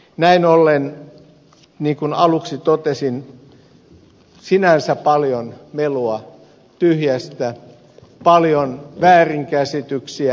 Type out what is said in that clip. näin ollen niin kuin aluksi totesin sinänsä paljon melua tyhjästä paljon väärinkäsityksiä ennakkoluuloja